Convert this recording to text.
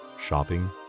shopping